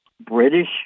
British